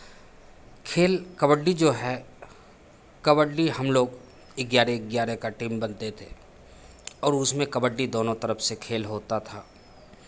खेल कबड्डी जो है कबड्डी हम लोग ग्यारह ग्यारह का टीम बनते थे और उसमें कबड्डी दोनों तरफ से खेल होता था